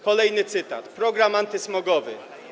Kolejny cytat: Program antysmogowy.